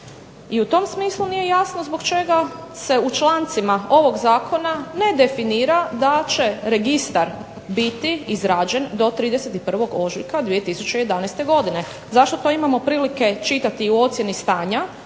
i u tom smislu nije jasno zbog čega se u člancima ovog zakona ne definira da će registar biti izrađen do 31. ožujka 2011. godine. Zašto to imamo prilike čitati u ocjeni stanja,